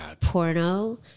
porno